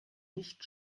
nicht